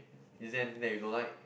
is there anything that you don't like